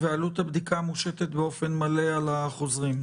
ועלות הבדיקה מושתת באופן מלא על החוזרים,